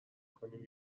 کنیم